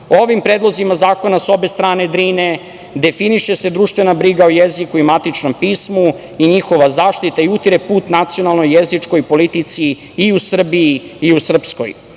predlozima zakona s obe strane Drine definiše se društvena briga o jeziku i matičnom pismu i njihova zaštita i utire put nacionalnoj, jezičkoj politici i u Srbiji i u Srpskoj.